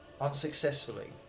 unsuccessfully